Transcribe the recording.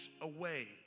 away